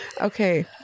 okay